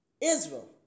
Israel